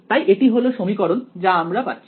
তাই এটি হলো সমীকরণ যা আমরা পাচ্ছি